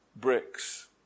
bricks